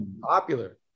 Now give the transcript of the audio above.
popular